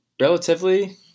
Relatively